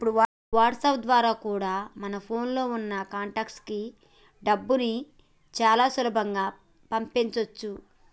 ఇప్పుడు వాట్సాప్ ద్వారా కూడా మన ఫోన్ లో ఉన్న కాంటాక్ట్స్ కి డబ్బుని చాలా సులభంగా పంపించొచ్చు